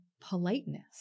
politeness